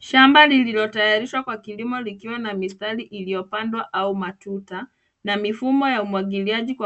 Shamba lililotayarishwa kwa kilimo likiwa na mistari iliyopandwa au matunda na mifumo ya umwagiliaji